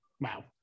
Wow